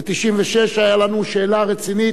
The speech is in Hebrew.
ב-1996 היתה לנו שאלה רצינית,